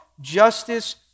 justice